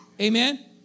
Amen